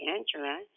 Angela